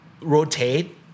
rotate